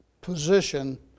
position